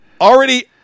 already